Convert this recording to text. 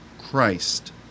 Christ